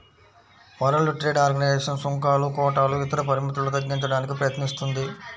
world Trade Organization సుంకాలు, కోటాలు ఇతర పరిమితులను తగ్గించడానికి ప్రయత్నిస్తుంది